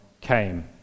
came